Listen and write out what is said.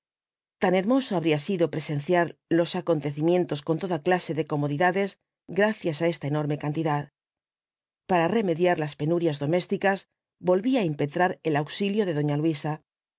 tan hermoso que habría sido presenciar los acontecimientos con toda clase de comodidades gracias á esta enorme cantidad para remediar las penurias domésticas volvía á impetrar el auxilio de doña luisa